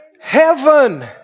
Heaven